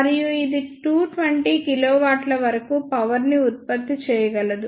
మరియు ఇది 220 కిలోవాట్ల వరకు పవర్ ని ఉత్పత్తి చేయగలదు